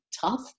tough